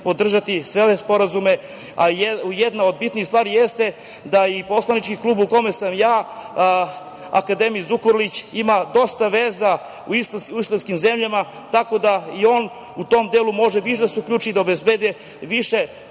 podržati sve ove sporazume. Jedna od bitnih stvari jeste da i poslanički klub u kome sam ja, akademik Zukorlić ima dosta veza u islamskim zemljama, tako da i on u tom delu može da se uključi i obezbedi više